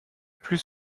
plus